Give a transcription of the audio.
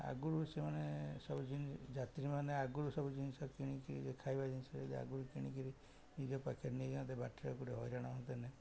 ଆଗରୁ ସେମାନେ ସବୁ ଯାତ୍ରୀମାନେ ଆଗରୁ ସବୁ ଜିନିଷ କିଣି କରି ଯେ ଖାଇବା ଜିନିଷ ଯଦି ଆଗରୁ କିଣି କରି ନିଜ ପାଖରେ ନେଇଯାଅନ୍ତେ ବାଟରେ ଗୋଟେ ହଇରାଣ ହୁଅନ୍ତେ ନାହିଁ